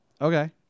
Okay